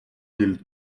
mille